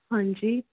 ਹਾਂਜੀ